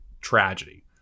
tragedy